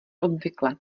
obvykle